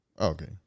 Okay